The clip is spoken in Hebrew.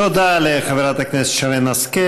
תודה לחברת הכנסת שרן השכל.